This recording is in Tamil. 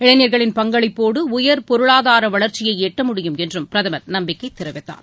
இளைஞர்களின் பங்களிப்போடு உயர் பொருளாதார வளர்ச்சியை எட்டமுடியும் என்றும் பிரதமர் நம்பிக்கை தெரிவித்தார்